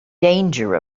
danger